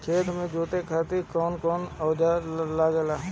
खेत जोते खातीर कउन कउन औजार लागेला?